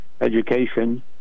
education